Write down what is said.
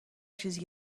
چیزی